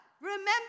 Remember